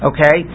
Okay